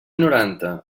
noranta